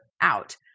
out